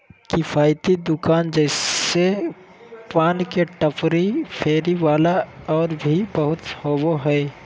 किफ़ायती दुकान जैसे पान के टपरी, फेरी वाला और भी बहुत होबा हइ